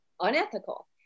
unethical